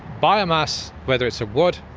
biomass, whether it's a wood,